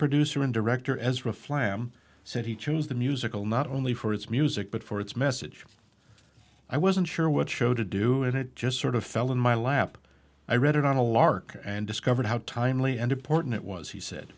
producer and director ezra flam said he chose the musical not only for its music but for its message i wasn't sure what show to do it it just sort of fell in my lap i read it on a lark and discovered how timely and important it was he said